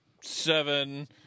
seven